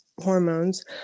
hormones